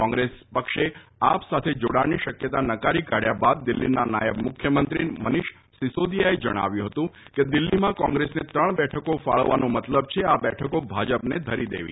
કોંગ્રેસે પક્ષે આપ સાથે જોડાણની શક્યતા નકારી કાઢ્યા બાદ દિલ્હીના નાયબ મુખ્યમંત્રી મનીષ સિસોદીયાએ જણાવ્યું હતું કે દિલ્હીમાં કોંગ્રેસને ત્રણ બેઠકો ફાળવવાનો મતલબ છે આ બેઠકો ભાજપને ધરી દેવી